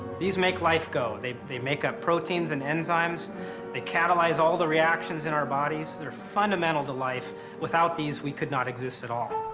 these make life go. and they they make up proteins and enzymes they catalyze all the reactions in our bodies they're fundamental to life. without these we could not exist at all.